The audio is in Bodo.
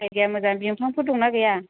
जायगाया मोजां बिफांफोर दं ना गैया